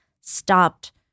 stopped